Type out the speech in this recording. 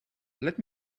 let